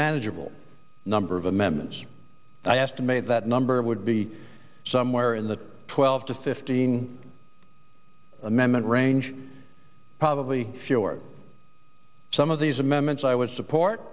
manageable number of amendments i asked made that number would be somewhere in the twelve to fifteen amendment range probably fewer than some of these amendments i would support